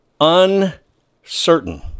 uncertain